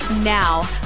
Now